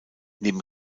neben